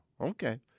okay